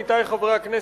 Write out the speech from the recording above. עמיתי חברי הכנסת,